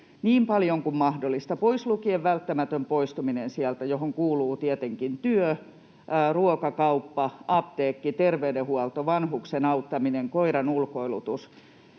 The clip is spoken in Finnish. niin paljon kuin mahdollista, pois lukien välttämätön poistuminen, johon kuuluu tietenkin työ, ruokakauppa, apteekki, terveydenhuolto, vanhuksen auttaminen, koiran ulkoilutus.